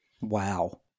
Wow